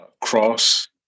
cross